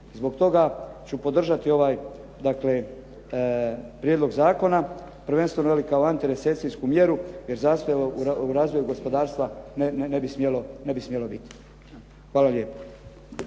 Zbog toga ću podržati ovaj prijedlog zakona, prvenstveno kao antirecesijsku mjeru, jer zastoja u gospodarstva ne bi smjelo biti. Hvala lijepo.